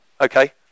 Okay